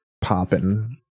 popping